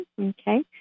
Okay